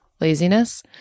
laziness